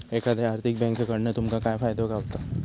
एखाद्या आर्थिक बँककडना तुमका काय फायदे गावतत?